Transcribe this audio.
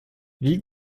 wie